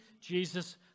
Jesus